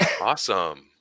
Awesome